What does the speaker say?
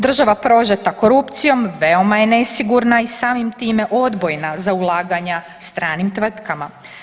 Država prožeta korupcijom veoma je nesigurna i samim time odbojna za ulaganja stranim tvrtkama.